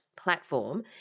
Platform